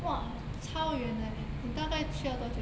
!wah! 超远 eh 你大概需要多久